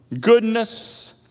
goodness